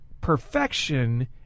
perfection